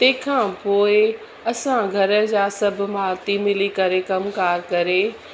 तंहिंखां पोएं असां घर जा सभु भाती मिली करे कमकारु करे